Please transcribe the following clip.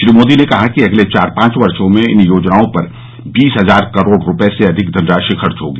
श्री मोदी ने कहा कि अगले चार पांच वर्षो में इन योजनाओं पर बीस हजार करोड़ रुपये से अधिक धनराशि खर्च होगी